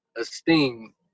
esteem